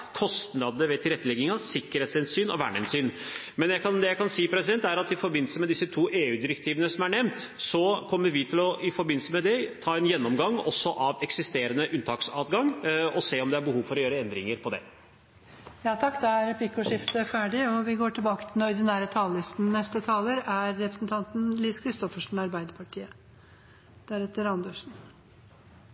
ved tilretteleggingen, sikkerhetshensyn og vernehensyn. Men det jeg kan si, er at i forbindelse med disse to EU-direktivene som er nevnt, kommer vi til å ta en gjennomgang også av eksisterende unntaksadgang og se om det er behov for å gjøre endringer på det. Da er replikkordskiftet ferdig. Da får jeg ta det som jeg ikke rakk i stad. Det jeg hadde tenkt å påpeke, er